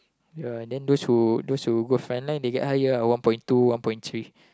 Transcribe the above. ya then those who those who go front line they get higher ah one point two one point three